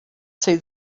see